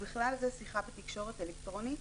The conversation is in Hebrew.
ובכלל זה שיחה בתקשורת אלקטרונית,